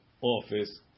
office